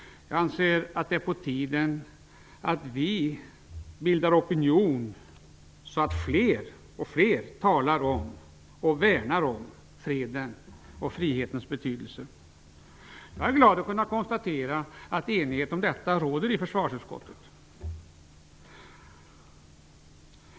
Jag anser att det är på tiden att vi bildar opinion så att fler och fler talar om och värnar om fredens och frihetens betydelse. Jag är glad över att kunna konstatera att enighet om detta råder i försvarsutskottet.